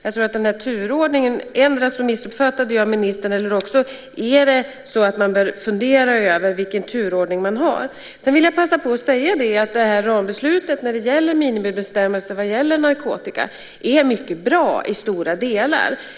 Endera missuppfattade jag ministern vad gäller turordningen, eller också är det så att man bör fundera över vilken turordning man har. Jag vill vidare passa på att säga att rambeslutet om minimibestämmelser vad gäller narkotika i stora delar är mycket bra.